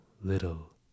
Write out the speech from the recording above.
little